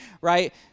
right